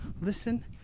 Listen